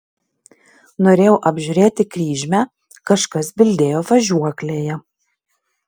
norėjau apžiūrėti kryžmę kažkas bildėjo važiuoklėje